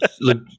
Look